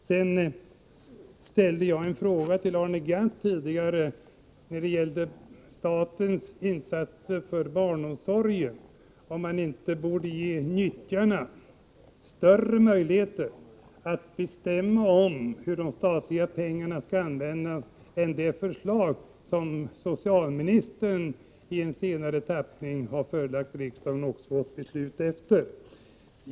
Jag ställde tidigare en fråga till Arne Gadd när det gällde statens insatser för barnomsorgen — om man inte borde ge nyttjarna större möjligheter att bestämma hur de statliga pengarna skall användas än enligt det förslag som socialministern i en senare tappning har förelagt riksdagen och också fått beslut om.